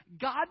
God